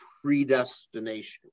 predestination